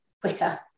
quicker